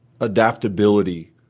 adaptability